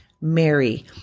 Mary